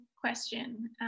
question